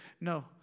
No